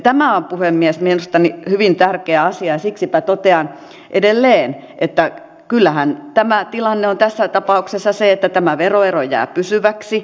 tämä on puhemies mielestäni hyvin tärkeä asia ja siksipä totean edelleen että kyllähän tämä tilanne on tässä tapauksessa se että tämä veroero jää pysyväksi